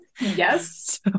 Yes